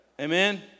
Amen